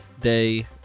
day